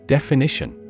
Definition